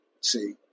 See